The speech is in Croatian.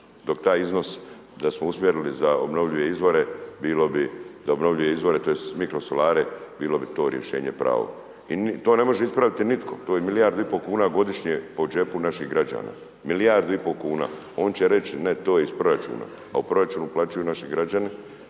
dok taj iznos da smo usmjerili za obnovljive izvore bilo bi, za obnovljive izvore tj. mikrosolare bilo bi to rješenje pravo. I to ne može ispraviti nitko to je milijardu i po kuna godišnje po džepu naših građa, milijardu i po kuna, on će reć ne to je iz proračuna, a u proračun uplaćuju naši građani